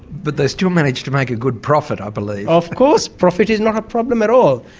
but they still manage to make a good profit i believe. of course! profit is not a problem at all.